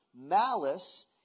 Malice